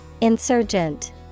Insurgent